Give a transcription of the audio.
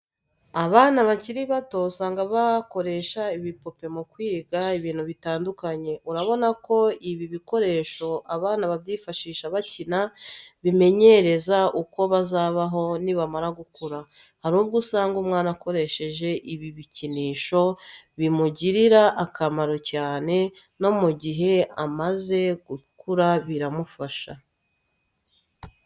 Abana bakiri bato usanga bakoresha ibipupe mu kwiga ibintu bitandukanye, urabona ko ibi bikoresho abana babyifashisha bakina bimenyereza uko bazabaho nibamara gukura. Hari ubwo usanga umwana akoresheje ibi bikinisho bimugirira akamaro cyane no mu gihe amaze gukura biramufasha.